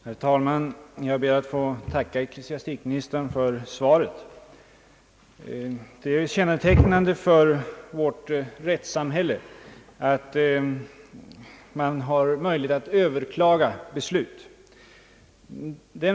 Herr talman! Jag ber att få tacka ecklesiastikministern för svaret. Det är ju kännetecknande för vårt rättssamhälle att man har möjlighet att överklaga beslut.